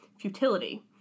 Futility